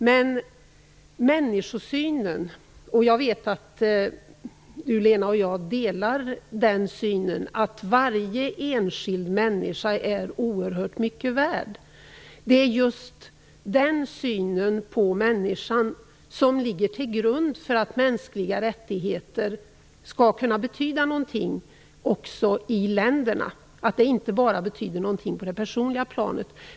Jag vet att Lena Hjelm-Wallén och jag delar den människosynen att varje enskild människa är oerhört mycket värd. Det är just den synen på människan som ligger till grund för att mänskliga rättigheter skall kunna betyda något också i länderna. De skall inte bara betyda något på det personliga planet.